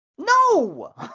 No